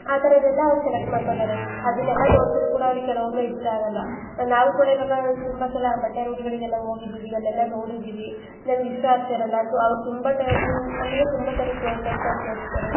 ಆ ಥರದೆಲ್ಲ ಅವ್ರು ಸೆಲೆಕ್ಟ್ ಮಾಡ್ಕೊತಾರೆ ಅದನ್ನೆಲ್ಲ ತೋರ್ಸಿರು ಕೂಡ ಅವ್ರಿಗೆ ಕೆಲವೊಮ್ಮೆ ಇಷ್ಟ ಆಗಲ್ಲ ನಾವು ಕೂಡ ಈವಾಗ ತುಂಬ ಸಲ ಬಟ್ಟೆ ಅಂಗ್ಡಿಗಳಿಗೆಲ್ಲ ಹೋಗಿದ್ದಿವಿ ಅಲ್ಲೆಲ್ಲ ನೋಡಿದ್ದೀವಿ ನಮ್ಗೆ ಇಷ್ಟ ಆಗ್ತಿರಲ್ಲ ಅಥ್ವ ಅವ್ರ ತುಂಬ ಟ ನಿಮ್ಮ ನಮಗೆ ತುಂಬ ಥರದ್ ತಗ್ದು ತಗ್ದು ತೋರ್ಸ್ತಾರೆ